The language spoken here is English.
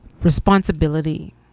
responsibility